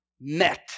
met